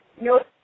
no